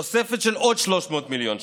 תוספת של עוד 300 מיליון שקלים.